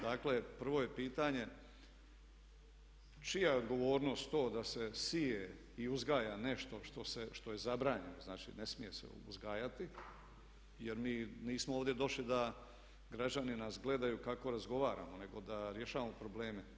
Dakle, prvo je pitanje čija je odgovornost to da se sije i uzgaja nešto što je zabranjeno, znači, ne smije se uzgajati jer mi nismo ovdje došli da građani nas gledaju kako razgovaramo nego da rješavamo probleme.